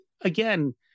again